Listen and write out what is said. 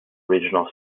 regional